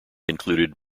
included